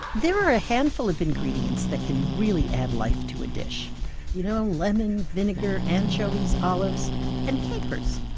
there are a handful of ingredients that can really add life to a dish you know lemon, vinegar, anchovies, olives and capers.